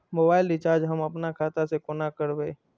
Mobile recharge हम आपन खाता से कोना करबै?